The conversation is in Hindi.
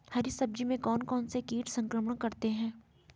हरी सब्जी में कौन कौन से कीट संक्रमण करते हैं?